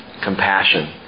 compassion